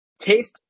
taste